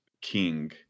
king